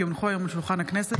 כי הונחו היום על שולחן הכנסת,